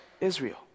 Israel